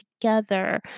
together